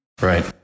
Right